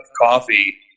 coffee